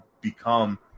become